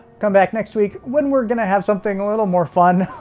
come back next week when we're gonna have something a little more fun ah